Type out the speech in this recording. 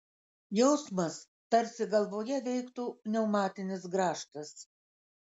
jausmas tarsi galvoje veiktų pneumatinis grąžtas